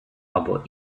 або